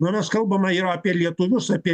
man rodos kalbama yra apie lietuvius apie